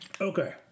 Okay